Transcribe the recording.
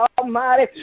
Almighty